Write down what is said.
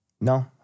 No